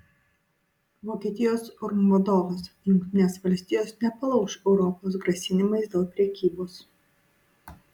vokietijos urm vadovas jungtinės valstijos nepalauš europos grasinimais dėl prekybos